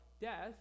death